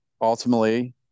ultimately